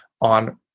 on